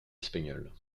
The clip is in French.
espagnole